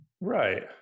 right